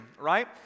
right